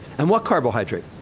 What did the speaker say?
and what carbohydrate?